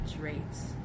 rates